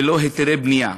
ללא היתר בנייה.